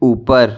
ऊपर